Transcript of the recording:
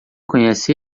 conhece